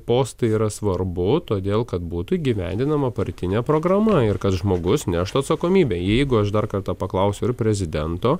postai yra svarbu todėl kad būtų įgyvendinama partinė programa ir kad žmogus neštų atsakomybę jeigu aš dar kartą paklausiu ir prezidento